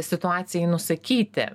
situacijai nusakyti